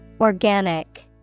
organic